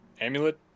Amulet